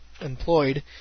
employed